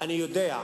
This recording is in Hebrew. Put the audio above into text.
אני יודע,